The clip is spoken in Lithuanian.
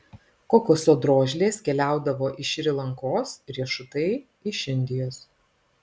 kokoso drožlės keliaudavo iš šri lankos riešutai iš indijos